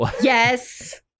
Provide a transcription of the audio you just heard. Yes